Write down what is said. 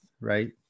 right